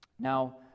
now